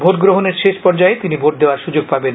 vote গ্রহণের শেষ পর্যায়ে তিনি ভোট দেওয়ার সুযোগ পাবেন